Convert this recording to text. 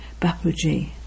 Bapuji